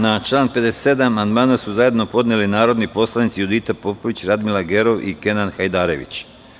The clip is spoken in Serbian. Na član 57. amandman su zajedno podneli narodni poslanici Judita Popović, Radmila Gerov i Kenan Hajdarević.